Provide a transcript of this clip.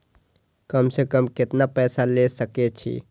कम से कम केतना पैसा ले सके छी?